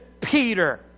Peter